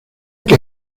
que